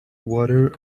water